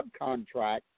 subcontract